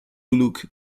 look